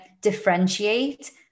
differentiate